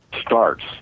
starts